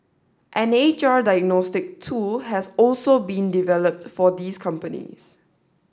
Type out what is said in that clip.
an H R diagnostic tool has also been developed for these companies